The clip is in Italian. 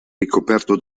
ricoperto